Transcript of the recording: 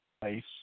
place